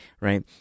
right